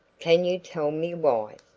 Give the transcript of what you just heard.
can you tell me why?